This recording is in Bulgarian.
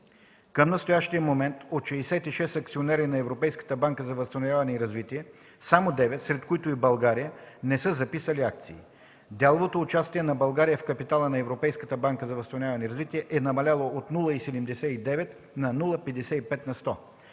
Към настоящия момент от 66 акционери на Европейската банка за възстановяване и развитие само девет, сред които и България, не са записали акции. Дяловото участие на България в капитала на Европейската банка за възстановяване и развитие е намаляло от 0,79 на 0,55 на сто.